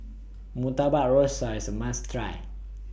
Murtabak Rusa IS A must Try